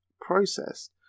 processed